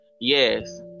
yes